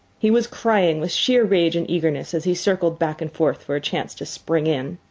he was crying with sheer rage and eagerness as he circled back and forth for a chance to spring in.